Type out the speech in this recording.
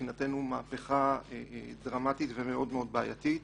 מבחינתנו מהפכה דרמטית ומאוד בעייתית.